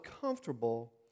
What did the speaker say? comfortable